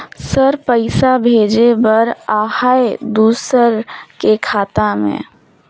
Sir पइसा भेजे बर आहाय दुसर के खाता मे?